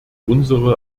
unsere